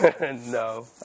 No